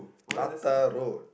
tata road